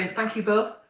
ah thank you both.